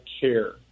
care